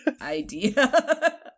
idea